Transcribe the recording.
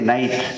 Night